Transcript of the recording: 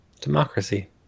democracy